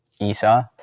Esau